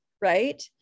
right